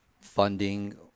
funding